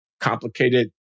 complicated